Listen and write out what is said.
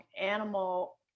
animal